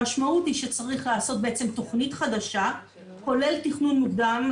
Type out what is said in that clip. המשמעות היא שצריך לעשות בעצם תכנית חדשה כולל תכנון מוקדם,